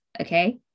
okay